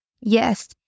Yes